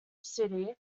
city